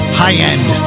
high-end